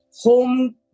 home